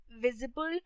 visible